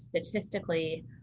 statistically